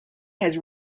has